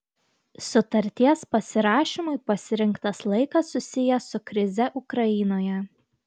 sutarties pasirašymui pasirinktas laikas susijęs su krize ukrainoje